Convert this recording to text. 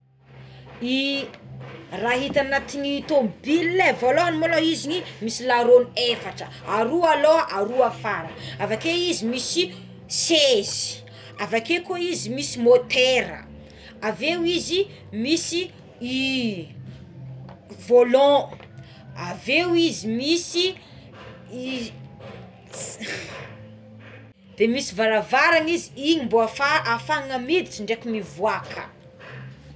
Raha hita anatiny tomobiligné voalohany mola izy misy laroagny efatra aroa alôha aroa afara, avakeo izy misy sezy, avakeo koa izy misy motera, avy eo izy misy i volant aveo izy misy i de misy varavarana izy igny mbo afa- afahana miditra ndreky mivoaka.